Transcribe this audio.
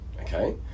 Okay